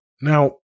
Now